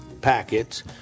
packets